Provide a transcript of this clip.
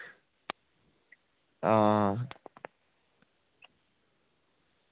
आं